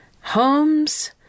homes